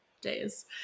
days